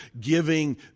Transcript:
giving